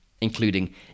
including